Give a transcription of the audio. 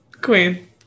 queen